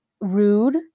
rude